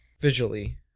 Visually